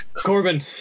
Corbin